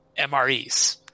MREs